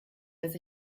dass